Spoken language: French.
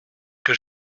que